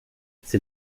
c’est